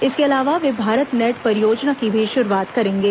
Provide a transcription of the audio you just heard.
इसके अलावा वे भारत नेट परियोजना की भी शुरूआत करेंगे